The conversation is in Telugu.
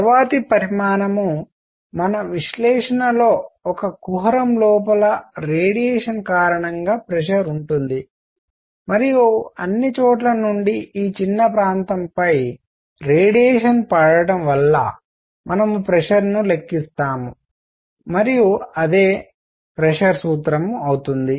తరువాతి పరిమాణం మన విశ్లేషణలో ఒక కుహరం లోపల రేడియేషన్ కారణంగా ప్రెషర్ ఉంటుంది మరియు అన్ని చోట్ల నుండి ఈ చిన్న ప్రాంతంపై రేడియేషన్ పడటం వలన మనము ప్రెషర్ను లెక్కిస్తాము మరియు అది ప్రెషర్ సూత్రం అవుతుంది